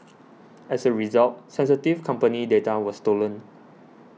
as a result sensitive company data was stolen